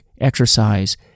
exercise